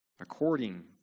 According